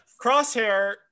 Crosshair